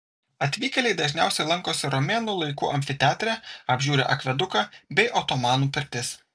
atvykėliai dažniausiai lankosi romėnų laikų amfiteatre apžiūri akveduką bei otomanų pirtis